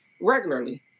regularly